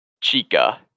Chica